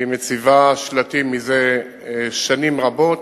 היא מציבה שלטים זה שנים רבות,